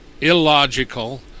illogical